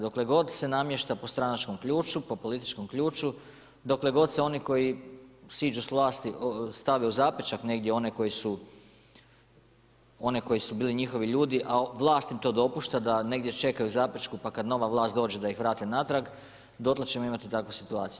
Dokle god se namješta po stranačkom ključu, po političkom ključu, dokle god se oni koji siđu s vlasti stave u zapećak negdje one koji su bili njihovi ljudi, a vlast im to dopušta da negdje čekaju u zapećku, pa kad nova vlast dođe da ih vrate natrag, dotle ćemo imati takvu situaciju.